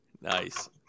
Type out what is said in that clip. Nice